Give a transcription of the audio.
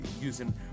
using